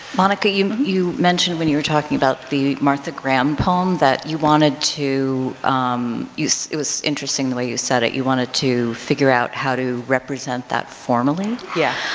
monica, you you mentioned when you were talking about the martha graham poem that you wanted to use. it was interestingly you said it. you wanted to figure out how to represent that formally. yeah.